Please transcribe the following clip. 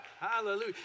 Hallelujah